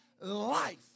life